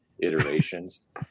iterations